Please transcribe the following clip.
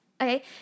Okay